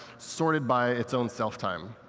sorted by its own self time.